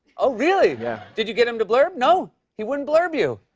oh, really? yeah. did you get him to blurb? no. he wouldn't blurb you.